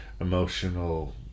emotional